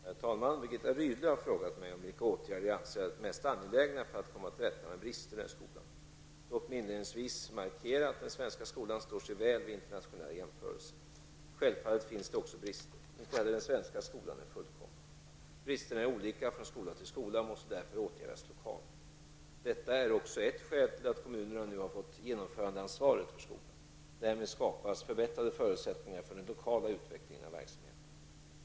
Herr talman! Birgitta Rydle har frågat mig vilka åtgärder jag anser mest angelägna för att komma till rätta med bristerna i skolan. Låt mig inledningsvis markera att den svenska skolan står sig väl vid internationella jämförelser. Självfallet finns det också brister, inte heller den svenska skolan är fullkomlig. Bristerna är olika från skola till skola och måste därför åtgärdas lokalt. Detta är också ett skäl till att kommunerna nu har fått genomförandeansvaret för skolan. Därmed skapas förbättrade förutsättningar för den lokala utvecklingen av verksamheten.